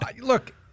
Look